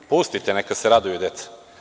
Pustite, neka se raduju deca.